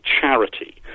charity